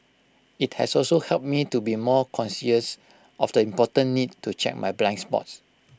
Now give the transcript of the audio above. IT has also helped me to be more conscious of the important need to check my blind spots